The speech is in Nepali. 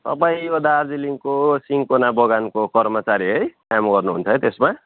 तपाईँ यो दार्जिलिङको सिन्कोना बगानको कर्मचारी है काम गर्नुहुन्छ है त्यसमा